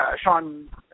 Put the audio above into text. Sean